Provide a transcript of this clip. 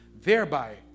thereby